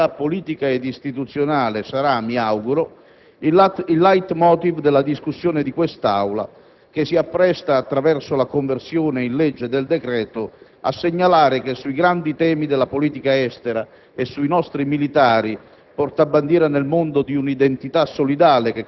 La sintesi di quest'atmosfera di responsabilità politica ed istituzionale sarà, mi auguro, il *leit motiv* della discussione di quest'Aula, che si appresta, attraverso la conversione in legge del decreto-legge, a segnalare che sui grandi temi della politica estera e sui nostri militari,